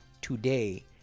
today